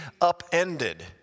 upended